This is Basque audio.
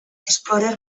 explorer